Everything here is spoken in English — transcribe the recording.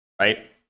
right